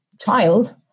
child